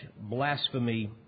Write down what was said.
blasphemy